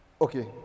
okay